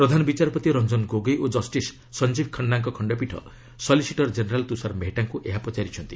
ପ୍ରଧାନବିଚାରପତି ରଞ୍ଜନ ଗୋଗୋଇ ଓ ଜଷ୍ଟିସ୍ ସଞ୍ଜୀବ ଖାନ୍ନାଙ୍କ ଖଣ୍ଡପୀଠ ସଲିସିଟର ଜେନେରାଲ୍ ତୁଷାର ମେହେଟ୍ଟାଙ୍କୁ ଏହା ପଚାରିଛନ୍ତି